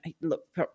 look